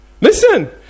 Listen